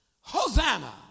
Hosanna